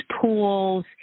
pools